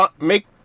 make